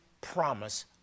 promise